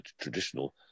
traditional